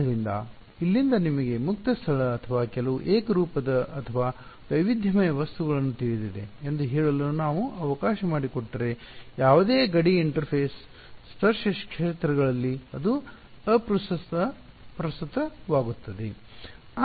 ಆದ್ದರಿಂದ ಇಲ್ಲಿಂದ ನಿಮಗೆ ಮುಕ್ತ ಸ್ಥಳ ಅಥವಾ ಕೆಲವು ಏಕರೂಪದ ಅಥವಾ ವೈವಿಧ್ಯಮಯ ವಸ್ತುಗಳನ್ನು ತಿಳಿದಿದೆ ಎಂದು ಹೇಳಲು ನಾವು ಅವಕಾಶ ಮಾಡಿಕೊಟ್ಟರೆ ಯಾವುದೇ ಗಡಿ ಇಂಟರ್ಫೇಸ್ ಸ್ಪರ್ಶ ಕ್ಷೇತ್ರಗಳಲ್ಲಿ ಅದು ಅಪ್ರಸ್ತುತವಾಗುತ್ತದೆ